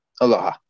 Aloha